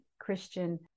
Christian